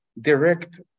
direct